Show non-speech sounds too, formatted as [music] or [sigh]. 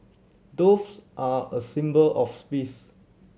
doves are a symbol of [unintelligible]